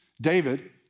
David